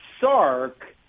Sark